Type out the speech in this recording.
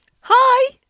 Hi